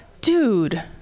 Dude